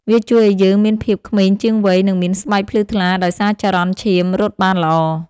វាជួយឱ្យយើងមានភាពក្មេងជាងវ័យ និងមានស្បែកភ្លឺថ្លាដោយសារចរន្តឈាមរត់បានល្អ។